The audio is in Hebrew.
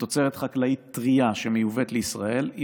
בתוצרת חקלאית טרייה שמיובאת לישראל היא